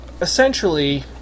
essentially